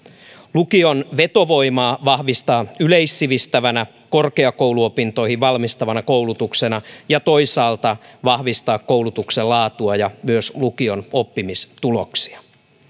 lukion vetovoimaa yleissivistävänä korkeakouluopintoihin valmistavana koulutuksena ja toisaalta vahvistaa koulutuksen laatua ja myös lukion oppimistuloksia